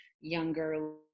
younger